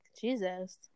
Jesus